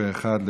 פה אחד,